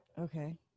Okay